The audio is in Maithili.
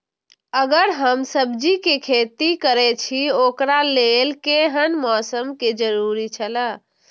अगर हम सब्जीके खेती करे छि ओकरा लेल के हन मौसम के जरुरी छला?